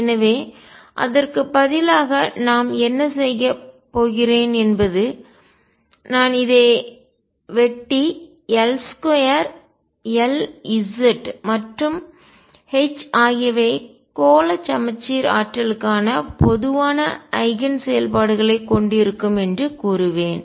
எனவே அதற்கு பதிலாக நாம் என்ன செய்யப் போகிறேன் என்பது நான் இதை வெட்டி L2 Lz மற்றும் H ஆகியவை கோள சமச்சீர் ஆற்றலுக்கான பொதுவான ஐகன் செயல்பாடுகளைக் கொண்டிருக்கும் என்று கூறுவேன்